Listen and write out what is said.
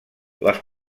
les